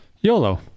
YOLO